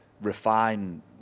refine